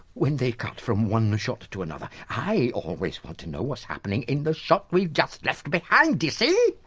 when they cut from one shot to another, i always want to know what's happening in the shot we just left behind. do you see?